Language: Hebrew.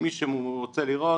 מי שרוצה לראות,